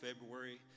February